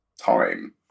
time